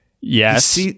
Yes